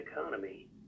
economy